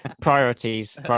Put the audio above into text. Priorities